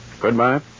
Goodbye